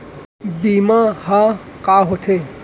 बीमा ह का होथे?